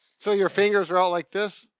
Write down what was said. so your fingers are out like this?